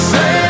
Say